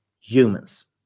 humans